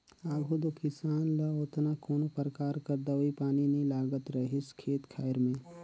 आघु दो किसान ल ओतना कोनो परकार कर दवई पानी नी लागत रहिस खेत खाएर में